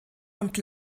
und